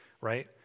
right